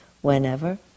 whenever